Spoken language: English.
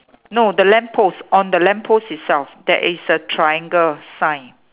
no the lamppost on the lamppost itself there is a triangle sign